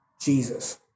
Jesus